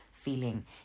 feeling